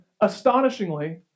astonishingly